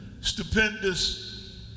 stupendous